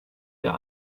der